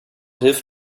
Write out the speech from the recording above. hilf